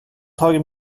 tagit